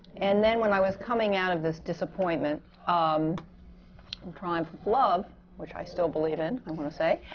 and then, when i was coming out of this disappointment of um and triumph of love which i still believe in, i want to say!